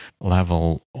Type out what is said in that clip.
level